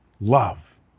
Love